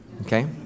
Okay